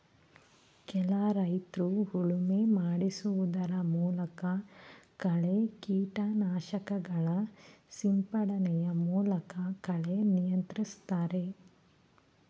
ಕೆಲ ರೈತ್ರು ಉಳುಮೆ ಮಾಡಿಸುವುದರ ಮೂಲಕ, ಕಳೆ ಕೀಟನಾಶಕಗಳ ಸಿಂಪಡಣೆಯ ಮೂಲಕ ಕಳೆ ನಿಯಂತ್ರಿಸ್ತರೆ